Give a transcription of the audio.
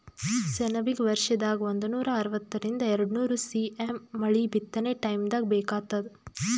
ಸೆಣಬಿಗ ವರ್ಷದಾಗ್ ಒಂದನೂರಾ ಅರವತ್ತರಿಂದ್ ಎರಡ್ನೂರ್ ಸಿ.ಎಮ್ ಮಳಿ ಬಿತ್ತನೆ ಟೈಮ್ದಾಗ್ ಬೇಕಾತ್ತದ